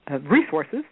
resources